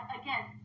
again